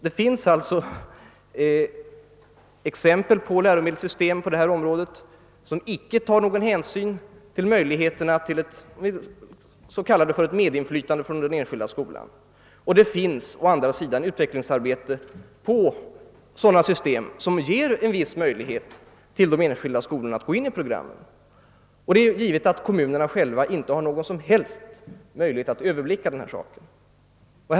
Det finns alltså exempel på läromedelssystem som icke ger några möjligheter till s.k. medinflytande för den enskilda skolan, och det pågår å andra sidan utvecklingsarbete med sådana system som ger de enskilda skolorna en viss möjlighet att ingripa i programmens uppläggning. Det är givet att kommunerna själva inte har någon som helst möjlighet att överblicka de här sakerna.